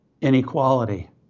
Inequality